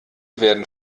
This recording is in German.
werden